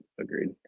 agreed